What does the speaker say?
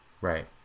Right